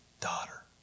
Daughter